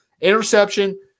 Interception